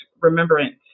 Remembrance